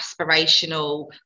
aspirational